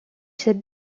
cette